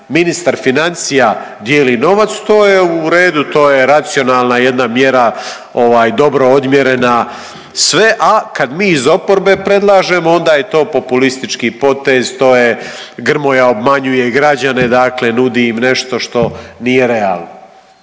ministar financija dijeli novac to je u redu, to je racionalna jedna mjera dobro odmjerena sve, a kad mi iz oporbe predlažemo onda je to populistički potez, Grmoja obmanjuje građane, dakle nudi im nešto što nije realno.